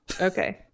Okay